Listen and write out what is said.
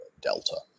Delta